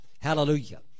Hallelujah